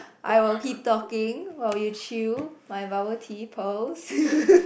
I will keep talking while you chew my bubble tea pearls